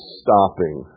stopping